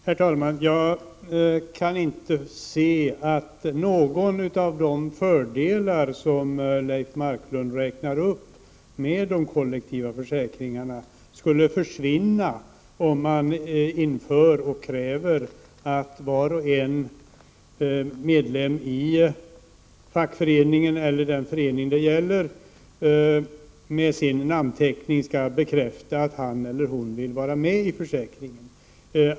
Herr talman! Jag kan inte se att någon av de fördelar med de kollektiva försäkringarna som Leif Marklund räknar upp skulle försvinna om man inför och kräver att var och en av medlemmarna i fackföreningen eller den förening det gäller med sin namnteckning skall bekräfta att han eller hon vill vara med i försäkringen.